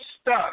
stuck